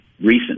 recent